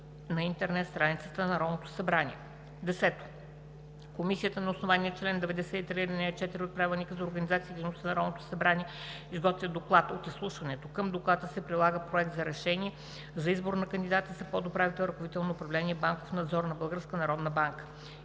на интернет страницата на Народното събрание. 10. Комисията на основание чл. 93, ал. 4 от Правилника за организацията и дейността на Народното събрание изготвя доклад от изслушването на кандидата. Към доклада се прилага проект на решение за избор на кандидата за подуправител – ръководител на управление „Банков надзор“ на